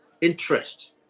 interest